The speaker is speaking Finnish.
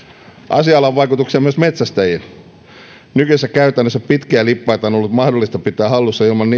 asialla on vaikutuksia myös metsästäjiin nykyisessä käytännössä pitkiä lippaita on ollut mahdollista pitää hallussa ilman